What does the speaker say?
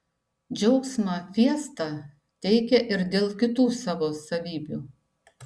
džiaugsmą fiesta teikia ir dėl kitų savo savybių